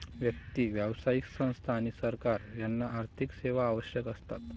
व्यक्ती, व्यावसायिक संस्था आणि सरकार यांना आर्थिक सेवा आवश्यक असतात